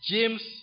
James